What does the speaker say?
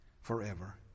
forever